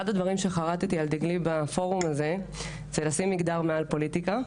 אחד הדברים שחָרַתִּי על דגלי בפורום הזה זה לשים מגדר מעל פוליטיקה,